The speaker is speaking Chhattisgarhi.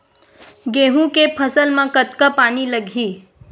गेहूं के फसल म कतका पानी लगही?